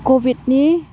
कभिडनि